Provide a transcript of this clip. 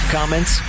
Comments